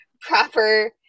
proper